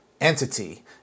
entity